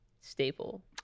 Staple